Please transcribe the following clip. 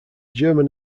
german